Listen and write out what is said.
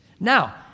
Now